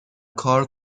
کار